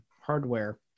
hardware